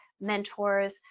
mentors